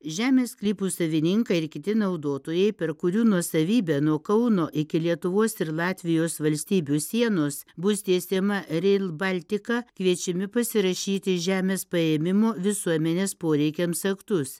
žemės sklypų savininkai ir kiti naudotojai per kurių nuosavybę nuo kauno iki lietuvos ir latvijos valstybių sienos bus tiesiama rel baltika kviečiami pasirašyti žemės paėmimo visuomenės poreikiams aktus